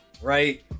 Right